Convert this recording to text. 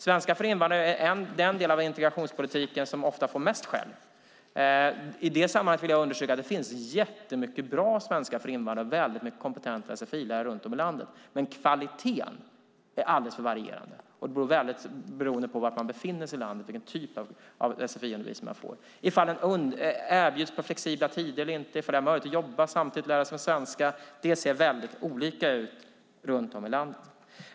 Svenska för invandrare är ofta den del av integrationspolitiken som får mest skäll. I detta sammanhang vill jag understryka att det finns jättemycket bra undervisning i svenska för invandrare och väldigt många kompetenta sfi-lärare runt om i landet. Men kvaliteten är alldeles för varierande. Vilken typ av sfi-undervisning man får beror väldigt mycket på var man befinner sig i landet. Erbjuds den på flexibla tider eller inte? Har man möjlighet att jobba samtidigt som man lär sig svenska? Det ser väldigt olika ut runt om i landet.